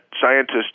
scientists